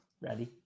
Ready